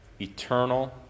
eternal